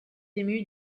ému